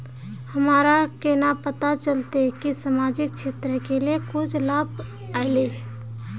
हमरा केना पता चलते की सामाजिक क्षेत्र के लिए कुछ लाभ आयले?